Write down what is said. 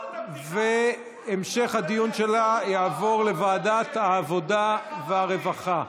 והמשך הדיון שלה יעבור לוועדת העבודה והרווחה.